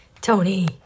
Tony